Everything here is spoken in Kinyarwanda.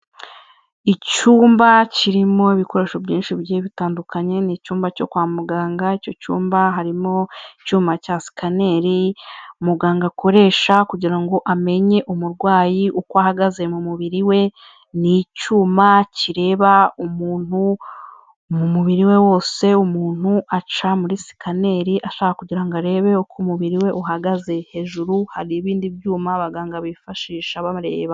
Icyumba kirimo ibikoresho byinshi bigiye bitandukanye, ni icyumba cyo kwa muganga. Icyo cyumba harimo icyuma cya sikaneri, muganga akoresha kugira ngo amenye umurwayi uko ahagaze mu mubiri we; ni cyuma kireba umuntu mu mubiri we wose; umuntu aca muri sikaneri ashaka kugira ngo arebe uko umubiri we uhagaze. Hejuru hari ibindi byuma abaganga bifashisha babareba.